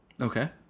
Okay